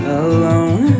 alone